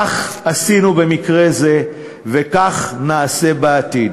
כך עשינו במקרה זה וכך נעשה בעתיד.